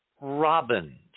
robin